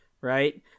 right